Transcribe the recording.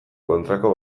kontrako